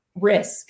Risk